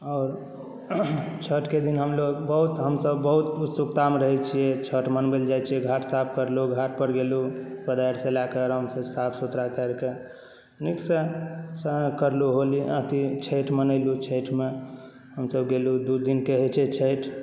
आओर छठिके दिन हमलोग बहुत हमसब बहुत उत्सुकतामे रहै छिए छठि मनबैलए जाइ छिए घाट साफ करलहुँ घाटपर गेलहुँ कोदारिसँ आरामसँ साफ सुथरा करिकऽ नीकसँ करलहुँ होली छठि मानलहुँ छठिमे हमसब गेलहुँ दुइ दिनके होइ छै छठि